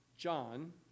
John